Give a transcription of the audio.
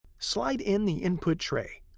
slide in the input tray.